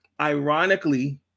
ironically